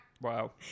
Wow